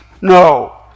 No